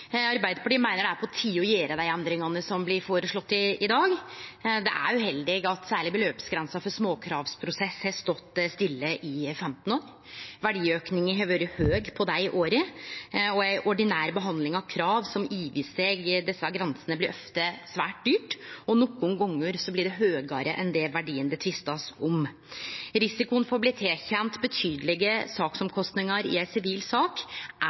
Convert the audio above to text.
Arbeidarpartiet meiner det er på tide å gjere dei endringane som blir føreslått i dag. Det er uheldig at særleg beløpsgrensa for småkravsprosess har stått stille i 15 år. Verdiauken har vore stor på dei åra, og ei ordinær behandling av krav som overstig desse grensene, blir ofte svært dyr, og nokre gonger blir det dyrare enn verdien det er tvist om. Risikoen for å bli tilkjend betydelege sakskostnader i ei sivil sak